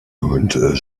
unser